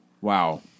Wow